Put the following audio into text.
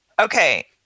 Okay